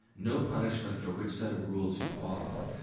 no punishment for which set of rules you follow,